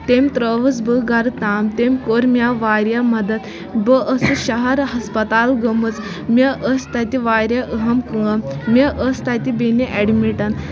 تٔمۍ ترٲوٕس بہٕ گرٕ تام تٔمۍ کوٚر مےٚ واریاہ مدد بہٕ ٲسٕس شہر ہَسپَتال گٔمٕژ مےٚ ٲسۍ تَتہِ واریاہ اہم کٲم مےٚ ٲسۍ تَتہِ بیٚنہِ ایڈمِٹ